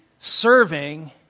serving